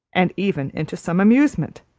and even into some amusement,